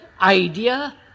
idea